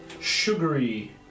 sugary